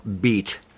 beat